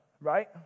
right